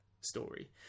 story